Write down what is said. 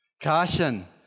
Caution